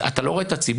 אתה לא רואה את הציבור.